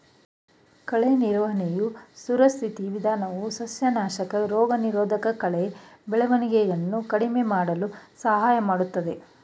ಕಳೆ ನಿರ್ವಹಣೆಯ ಸುಸ್ಥಿರ ವಿಧಾನವು ಸಸ್ಯನಾಶಕ ನಿರೋಧಕಕಳೆ ಬೆಳವಣಿಗೆಯನ್ನು ಕಡಿಮೆ ಮಾಡಲು ಸಹಾಯ ಮಾಡ್ತದೆ